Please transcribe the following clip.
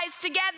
together